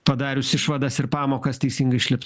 padarius išvadas ir pamokas teisingai išlipt